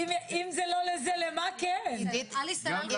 אני בכנסת ה-21 הצטרפתי לחברת הכנסת יעל גרמן